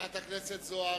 חברת הכנסת זוארץ.